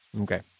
Okay